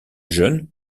jeune